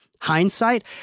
hindsight